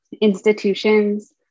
institutions